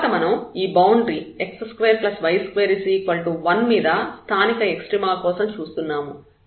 తర్వాత మనం ఈ బౌండరీ x2y21 మీద స్థానిక ఎక్స్ట్రీమ కోసం చూస్తాము